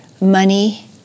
money